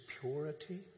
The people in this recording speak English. purity